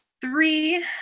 three